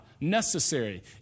necessary